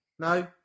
No